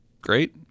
great